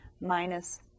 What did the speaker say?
minus